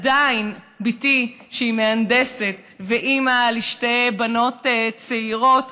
עדיין בתי, שהיא מהנדסת ואימא לשתי בנות צעירות,